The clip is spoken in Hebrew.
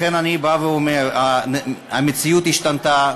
לכן אני בא ואומר: המציאות השתנתה,